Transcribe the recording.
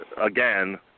again